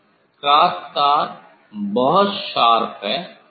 विद्यार्थी क्रॉस तार बहुत शार्प है